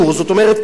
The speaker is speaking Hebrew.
זאת אומרת,